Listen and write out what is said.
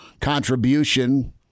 contribution